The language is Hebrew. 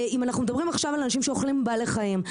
אם אנחנו מדברים עכשיו על אנשים שאוכלים בעלי חיים,